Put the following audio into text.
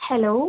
hello